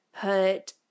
put